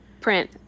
print